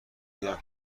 بگم